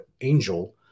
angel